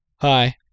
Hi